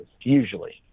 usually